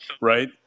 right